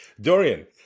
Dorian